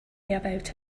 about